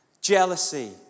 jealousy